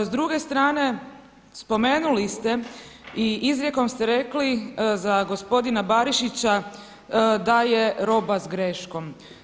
S druge strane, spomenuli ste i izrijekom ste rekli za gospodina Barišića da je roba s greškom.